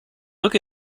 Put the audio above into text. look